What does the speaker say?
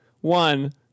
one